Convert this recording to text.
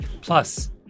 plus